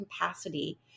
capacity